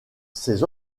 ses